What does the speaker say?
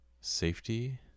Safety